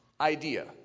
idea